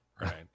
right